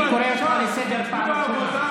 אני קורא אותך לסדר פעם ראשונה.